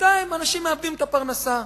ובינתיים אנשים מאבדים את הפרנסה.